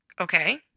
Okay